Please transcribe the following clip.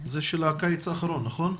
זה של הקיץ האחרון, נכון?